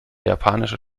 japanische